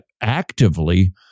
actively